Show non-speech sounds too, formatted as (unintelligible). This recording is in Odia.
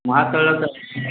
(unintelligible)